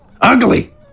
Ugly